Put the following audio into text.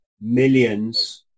millions